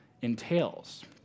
entails